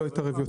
לא אתערב יותר.